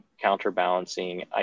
counterbalancing